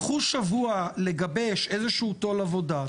קחו שבוע לגבש איזשהו סדר עבודה.